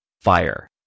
Fire